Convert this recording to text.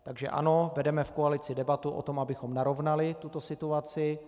Takže ano, vedeme v koalici debatu o tom, abychom narovnali tuto situaci.